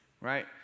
right